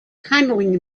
handling